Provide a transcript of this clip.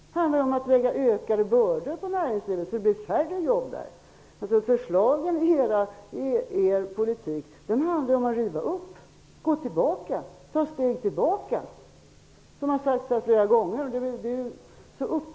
De handlar om att lägga ökade bördor på näringslivet, och då blir det ju färre jobb där. Förslagen i er politik handlar om att riva upp och ta ett steg tillbaka, vilket har sagts här flera gånger, och det är så uppenbart.